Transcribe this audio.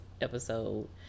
episode